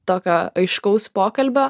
tokio aiškaus pokalbio